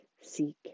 seek